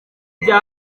bya